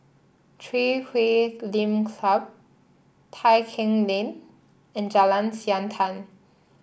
Chui Huay Lim Club Tai Keng Lane and Jalan Siantan